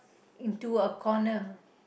into a corner